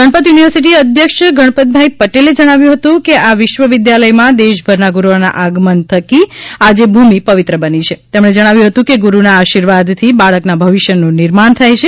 Ganpat university અધ્યક્ષ ગણપતભાઈ પટેલે જણાવ્યું હતું આ વિદ્યાલયમાં દેશભરના ગુરૂઓના આગમન થકી આજે ભૂમિ પવિત્ર બની છે કે તેમણે જણાવ્યું હતું કે ગુરૂના આશિર્વાદથી બાળકના ભવિષ્યનું નિર્માણ થાય છે